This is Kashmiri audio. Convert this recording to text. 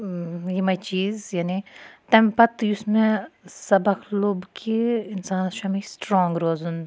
یِمے چیٖز یعنے تمہِ پَتہٕ یُس مےٚ سَبَق لوٚب کہِ اِنسانَس چھُ ہَمیشہِ سٹرانٛگ روزُن